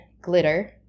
Glitter